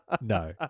No